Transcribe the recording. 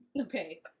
Okay